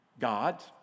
God